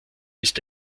ist